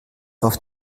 auf